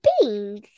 beans